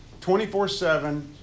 24-7